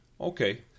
okay